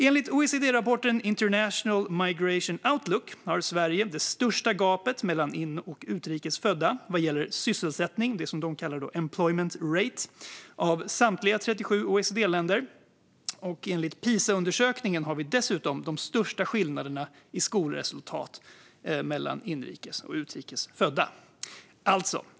Enligt OECD-rapporten International Migration Outlook har Sverige det största gapet mellan inrikes och utrikes födda vad gäller sysselsättning, det som kallas employment rate, av samtliga 37 OECD-länder. Enligt Pisaundersökningen har vi dessutom de största skillnaderna mellan inrikes och utrikes födda.